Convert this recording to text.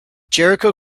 jericho